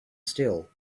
still